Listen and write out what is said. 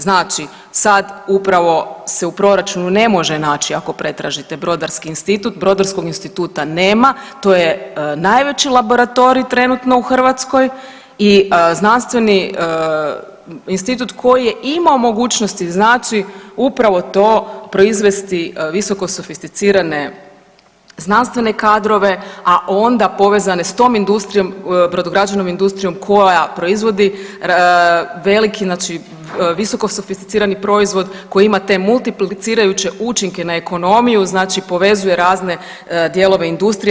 Znači sad upravo se u proračunu ne može naći ako pretražite Brodarski institut, Brodarskog instituta nema, to je najveći laboratorij trenutno u Hrvatskoj i znanstveni institut koji je imao mogućnosti znači upravo to proizvesti visokosofisticirane znanstvene kadrove, a onda povezane s tom industrijom, brodograđevnom industrijom koja proizvodi veliki znači visokosofisticirani proizvod koji ima te multiplicirajuće učinke na ekonomiju, znači povezuje razne dijelove industrije.